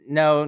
no